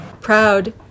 proud